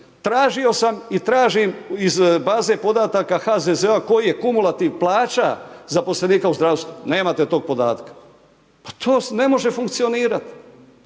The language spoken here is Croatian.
Tražio sam i tražim iz baze podataka HZZ-a koji je kumulativ plaća zaposlenika u zdravstvu, nemate tog podatka, pa to ne može funkcionirati.